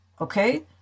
okay